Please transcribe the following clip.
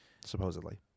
Supposedly